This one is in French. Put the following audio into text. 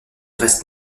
reste